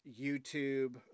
YouTube